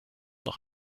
noch